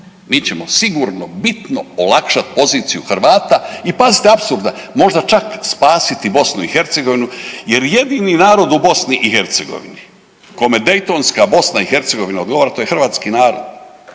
mi ćemo sigurno bitno olakšati poziciju Hrvata. I pazite apsurda, možda čak spasiti Bosnu i Hercegovinu jer jedini narod u Bosni i Hercegovini kome Daytonska Bosna i Hercegovina odgovara to je hrvatski narod.